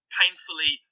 painfully